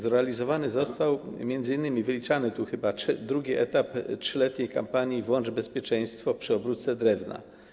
Zrealizowany został m.in. wyliczany tu chyba drugi etap 3-letniej kampanii „Włącz bezpieczeństwo przy obróbce drewna!